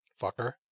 fucker